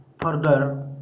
further